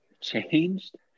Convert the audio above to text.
changed